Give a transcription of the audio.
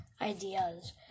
ideas